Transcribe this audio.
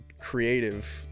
creative